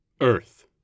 Earth